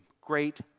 great